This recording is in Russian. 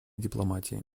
дипломатии